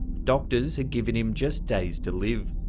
doctors had given him just days to live.